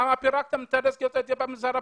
למה פירקתם את דסק יוצאי אתיופיה במשרד הפנים?